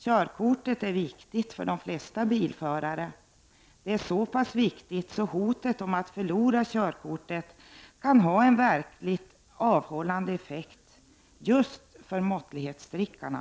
Körkortet är viktigt för de flesta bilförare, så pass viktigt att hotet om att förlora det kan ha en verkligt avhållande effekt just för måttlighetsdrickarna.